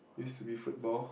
used to be football